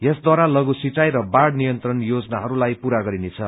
यसद्वारा लघु सिंचाई र बाढ़ नियन्त्रण योजनाहरूलाई पूरा गरिनेछ